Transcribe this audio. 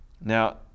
now